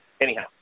Anyhow